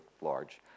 large